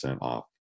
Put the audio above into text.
off